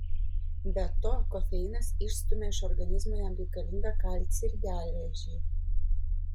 be to kofeinas išstumia iš organizmo jam reikalingą kalcį ir geležį